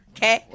Okay